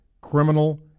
criminal